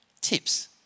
tips